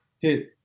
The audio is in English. hit